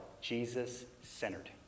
Jesus-centered